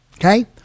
Okay